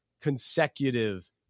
consecutive